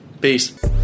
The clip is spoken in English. peace